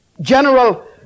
general